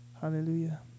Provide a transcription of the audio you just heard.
Hallelujah